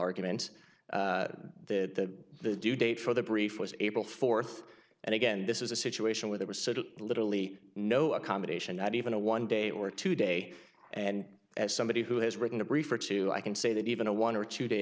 arguments that the due date for the brief was able forth and again this is a situation where there was sort of literally no accommodation not even a one day or two day and as somebody who has written a brief or two i can say that even a one or two day